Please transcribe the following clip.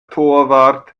torwart